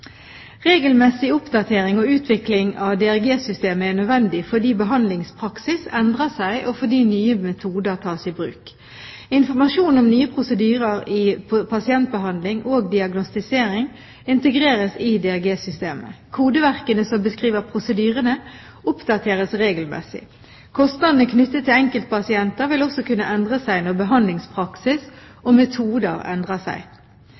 Regelmessig oppdatering og utvikling av DRG-systemet er nødvendig fordi behandlingspraksis endrer seg og fordi nye metoder tas i bruk. Informasjon om nye prosedyrer i pasientbehandling og diagnostisering integreres i DRG-systemet. Kodeverkene som beskriver prosedyrene, oppdateres regelmessig. Kostnadene knyttet til enkeltpasienter vil også kunne endre seg når behandlingspraksis og metoder endrer seg.